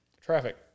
Traffic